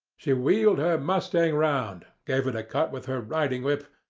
she wheeled her mustang round, gave it a cut with her riding-whip,